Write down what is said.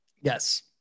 Yes